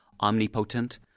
omnipotent